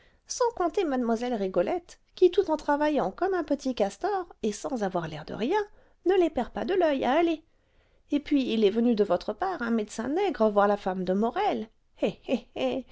sans compter mlle rigolette qui tout en travaillant comme un petit castor et sans avoir l'air de rien ne les perd pas de l'oeil allez et puis il est venu de votre part un médecin nègre voir la femme de morel eh eh eh